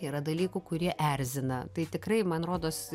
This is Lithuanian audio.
yra dalykų kurie erzina tai tikrai man rodos